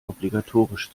obligatorisch